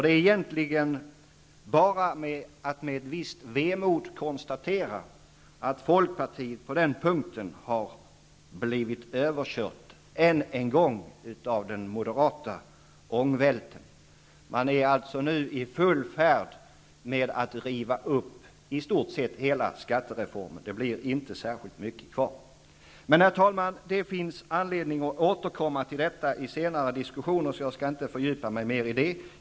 Det är egentligen bara att med ett visst vemod konstatera att folkpartiet på den punkten har blivit överkört än en gång av den moderata ångvälten. Man är nu i full färd med att riva upp i stort sett hela skattereformen. Det blir inte särskilt mycket kvar. Herr talman! Det finns dock anledning att återkomma till detta i senare diskussioner, och jag skall därför inte fördjupa mig mer häri.